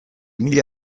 mila